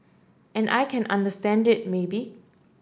and I can understand it maybe